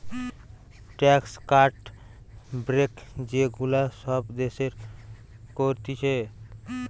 tax cut, break যে গুলা সব দেশের করতিছে